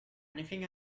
anything